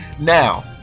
Now